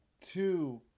two